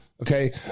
Okay